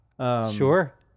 Sure